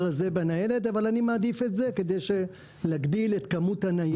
הזה בניידת אבל אני מעדיף את זה כדי להגדיל את כמות הניידות.